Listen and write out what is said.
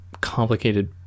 complicated